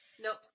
nope